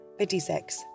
56